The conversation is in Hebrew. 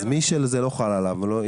אז מי שזה לא חל עליו יתעלם מהשורה הזאת.